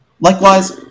Likewise